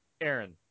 Aaron